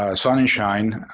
ah sonenshine,